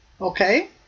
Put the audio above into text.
Okay